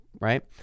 right